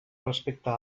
respecte